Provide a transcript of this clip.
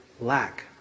lack